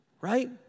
right